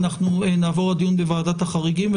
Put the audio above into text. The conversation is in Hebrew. ונעבור לדיון על ועדת החריגים.